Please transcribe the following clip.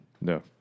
No